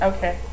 Okay